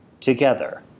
together